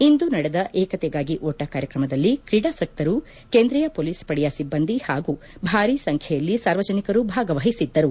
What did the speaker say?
ಇಂದು ನಡೆದ ಏಕತೆಗಾಗಿ ಓಟ ಕಾರ್ಯಕ್ರಮದಲ್ಲಿ ಕ್ರಿಡಾಸಕ್ತರು ಕೇಂದ್ರೀಯ ಪೊಲೀಸ್ ಪಡೆಯ ಸಿಬ್ಬಂದಿ ಹಾಗೂ ಭಾರೀ ಸಂಖ್ಯೆಯಲ್ಲಿ ಸಾರ್ವಜನಿಕರು ಭಾಗವಹಿಸಿದ್ದರು